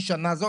שנה הזאת,